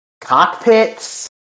cockpits